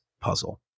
puzzle